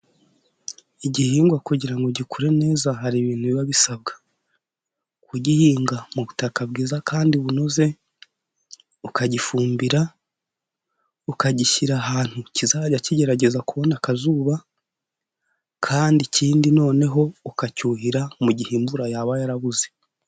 Igihingwa kugira ngo gikure neza hari ibintu biba bisabwa, kugihinga mu butaka bwiza kandi bunoze, ukagifumbira, ukagishyira ahantu kizajya kigerageza kubona akazuba, kandi ikindi noneho ukacyuhira mu gihe imvura yaba yarabuze.